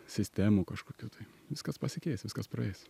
sistemų kažkokių tai viskas pasikeis viskas praeis